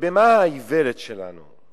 ובמה האיוולת שלנו?